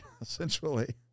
essentially